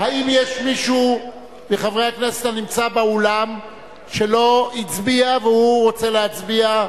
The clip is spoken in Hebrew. האם יש מישהו מחברי הכנסת הנמצא באולם שלא הצביע והוא רוצה להצביע?